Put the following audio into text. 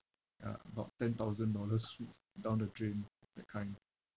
uh about ten thousand dollars down the drain that kind